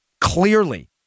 clearly